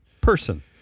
person